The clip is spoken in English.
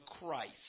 Christ